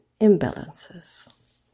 imbalances